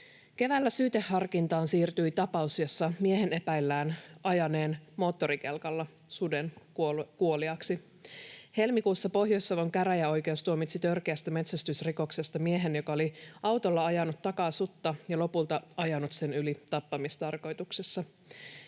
Keväällä syyteharkintaan siirtyi tapaus, jossa miehen epäillään ajaneen moottorikelkalla suden kuoliaaksi. Helmikuussa Pohjois-Savon käräjäoikeus tuomitsi törkeästä metsästysrikoksesta miehen, joka oli autolla ajanut takaa sutta ja lopulta ajanut sen yli tappamistarkoituksessa.